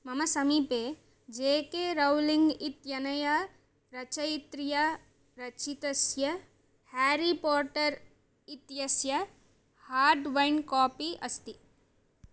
मम समीपे J K Rowling इत्यनया रचयित्रिया रचितस्य हेरिपाटर् इत्यस्य हार्डबैण्ड् कापी अस्ति